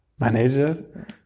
manager